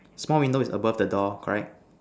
small window is above the door correct